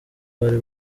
bari